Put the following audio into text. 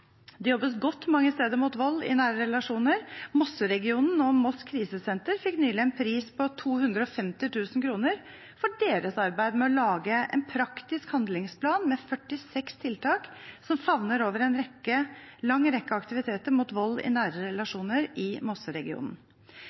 Det jobbes mange steder godt mot vold i nære relasjoner. Mosseregionen og Moss Krisesenter fikk nylig en pris på 250 000 kr for sitt arbeid med å lage en praktisk handlingsplan med 46 tiltak som favner over en lang rekke aktiviteter mot vold i nære relasjoner i Mosseregionen.